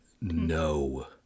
No